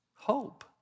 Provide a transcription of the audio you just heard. Hope